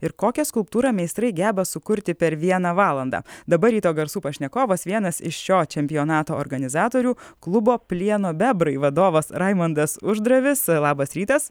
ir kokią skulptūrą meistrai geba sukurti per vieną valandą dabar ryto garsų pašnekovas vienas iš šio čempionato organizatorių klubo plieno bebrai vadovas raimundas uždravis labas rytas